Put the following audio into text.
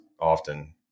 Often